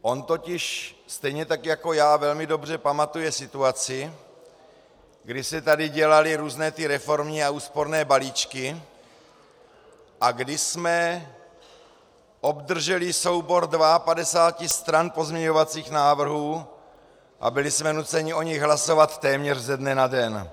On totiž stejně tak jako já velmi dobře pamatuje situaci, kdy se tady dělaly různé reformní a úsporné balíčky a kdy jsme obdrželi soubor 52 stran pozměňovacích návrhů a byli jsme nuceni o nich hlasovat téměř ze dne na den.